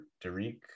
Derek